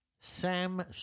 Sam